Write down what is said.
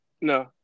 No